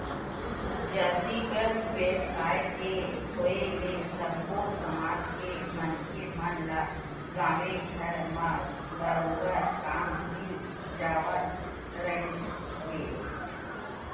जातिगत बेवसाय के होय ले सब्बो समाज के मनखे मन ल गाँवे घर म बरोबर काम मिल जावत रिहिस हे